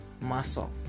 muscle